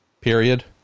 period